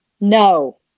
No